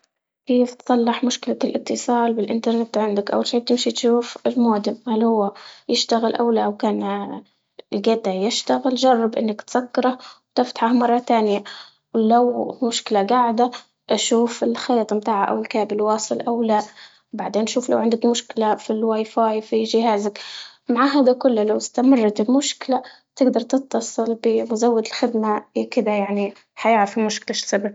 كيف تصلح مشكلة الاتصال بالانترنت عندك؟ أول شي تمشي تشوف المودم هل هو يشتغل أو لا، لو كان لقيته يشتغل جرب إنك تسكره وتفتحه مرة تانية، ولو مشكلة قاعدة شوف الخيط متاعه أو الكابل واصل أو لا، بعدين شوف لو عندك مشكلة في الواي فاي في جهازك، مع هادا كله لو استمرت المشكلة تقدر تتصل بمزود الخدمة كدة حيعرف المشكلة إيش سببها.